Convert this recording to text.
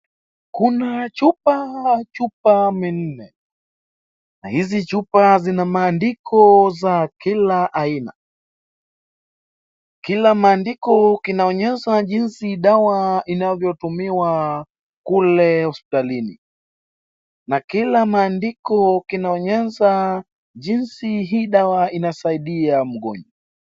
Kuna chupa ,chupa minne na hizi chupa zina maandiko za kila aina. Kila maandiko kinaonyesha jinsi dawa inavyotumiwa kule hosipitalini na kila maandiko kinaonyesha jinsi hii dawa inasaidia mgonjwa.